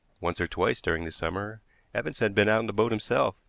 once or twice during the summer evans had been out in the boat himself,